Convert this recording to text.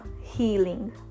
healing